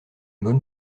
bonne